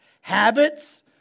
Habits